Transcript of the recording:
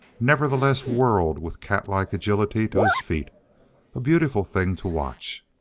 nevertheless whirled with catlike agility to his feet a beautiful thing to watch.